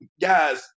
guys